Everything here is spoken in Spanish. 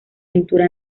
pintura